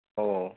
ഓ